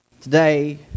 Today